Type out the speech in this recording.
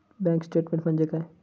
Bank statement म्हणजे काय?